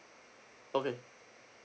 okay